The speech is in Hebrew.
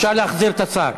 אפשר להחזיר את השר.